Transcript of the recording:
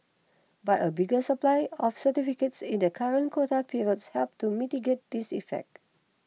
but a bigger supply of certificates in the current quota period helped to mitigate this effect